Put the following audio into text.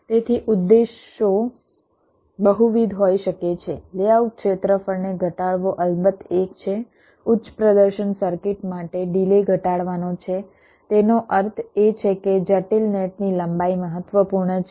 તેથી ઉદ્દેશો બહુવિધ હોઈ શકે છે લેઆઉટ ક્ષેત્રફળને ઘટાડવો અલબત્ત એક છે ઉચ્ચ પ્રદર્શન સર્કિટ માટે ડિલે ઘટાડવાનો છે તેનો અર્થ એ છે કે જટિલ નેટ ની લંબાઈ મહત્વપૂર્ણ છે